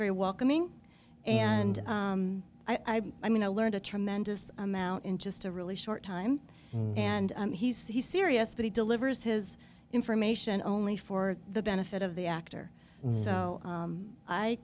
very welcoming and i've i mean i learned a tremendous amount in just a really short time and he's he's serious but he delivers his information only for the benefit of the actor so